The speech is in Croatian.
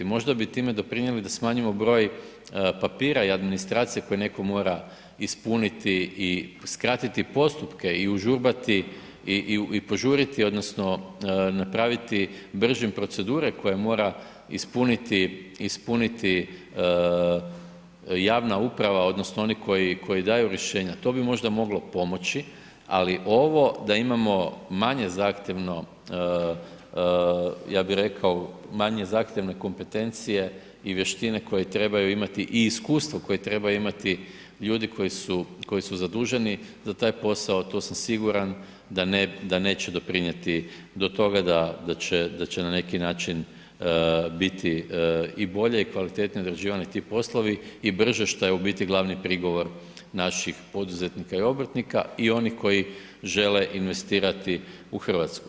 Možda bi time doprinijeli da smanjimo broj papira i administracije koje netko mora ispuniti i skratiti postupke i užurbati i požuriti odnosno napraviti bržim procedure koje mora ispuniti javna uprava odnosno oni koji daju rješenja, to bi možda moglo pomoći ali ovo da imamo manje zahtjevno, ja bih rekao, manje zahtjevne kompetencije i vještine koje trebaju imati i iskustva koje trebaju imati ljudi koji su zaduženi za taj posao to sam siguran da neće doprinijeti do toga da će na neki način biti i bolje i kvalitetnije odrađivani ti poslovi i brže što je u biti glavni prigovor naših poduzetnika i obrtnika i onih koji žele investirati u Hrvatsku.